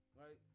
right